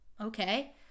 Okay